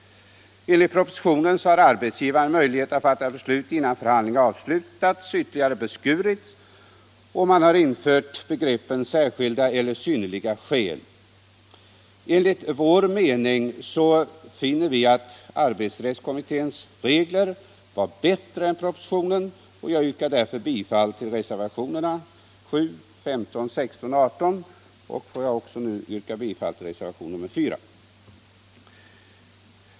Enligt propositionens förslag har arbetsgivarens möjlighet att fatta beslut innan förhandling avslutats ytterligare beskurits, och man har infört begreppen ”särskilda” eller ”synnerliga” skäl. Enligt vår mening är de av arbetsrättskommittén föreslagna reglerna bättre än propositionens, och jag yrkar därför bifall till reservationerna 7, IS, 16 och 18. Låt mig i detta sammanhang också yrka bifall till reservationen 4.